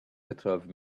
petrov